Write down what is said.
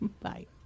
Bye